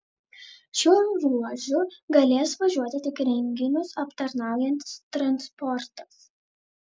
šiuo ruožu galės važiuoti tik renginius aptarnaujantis transportas